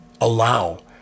allow